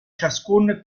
ciascun